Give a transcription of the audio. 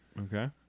Okay